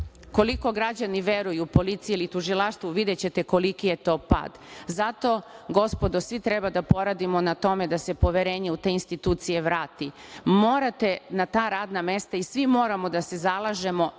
koliko građani veruju policiji ili tužilaštvu, videćete koliki je to pad. Zato, gospodo, svi treba da poradimo na tome da se poverenje u te institucije vrati. Morate na ta radna mesta i svi moramo da se zalažemo